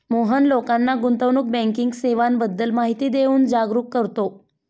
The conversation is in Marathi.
मोहन लोकांना गुंतवणूक बँकिंग सेवांबद्दल माहिती देऊन जागरुक करतो